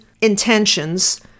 intentions